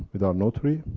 with our notary,